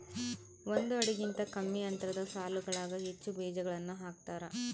ಒಂದು ಅಡಿಗಿಂತ ಕಮ್ಮಿ ಅಂತರದ ಸಾಲುಗಳಾಗ ಹೆಚ್ಚು ಬೀಜಗಳನ್ನು ಹಾಕ್ತಾರ